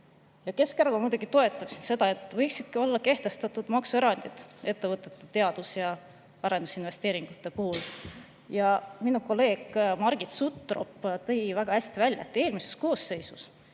Keskerakond muidugi toetab seda, et võiksid olla kehtestatud maksuerandid ettevõtete teadus‑ ja arendus[tegevuse] investeeringute puhul. Minu kolleeg Margit Sutrop tõi väga hästi välja, et eelmises koosseisus